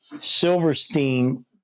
Silverstein